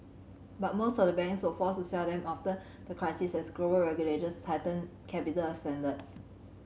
but most of the banks were forced to sell them after the crisis as global regulators tightened capital standards